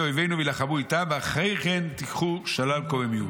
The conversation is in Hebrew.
אויבינו והילחמו אותם ואחרי כן תיקחו שלל קוממיות"